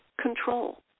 control